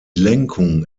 lenkung